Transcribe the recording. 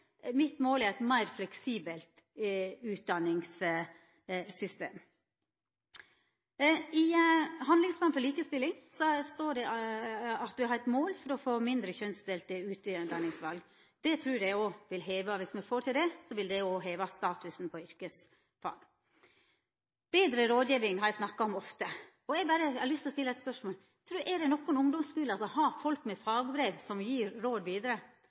mitt mål er eit meir fleksibelt utdanningssystem. I handlingsplan for likestilling står det at det er eit mål å få mindre kjønnsdelte utdanningsval. Dersom me får til det, vil det òg heva statusen på yrkesfag. Betre rådgjeving har eg ofte snakka om. Eg har berre lyst til å stilla eit spørsmål: Er det nokon ungdomsskuler som har folk med fagbrev som gjev råd